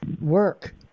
work